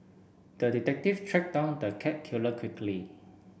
the detective tracked down the cat killer quickly